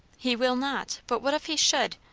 he will not. but what if he should?